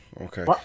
Okay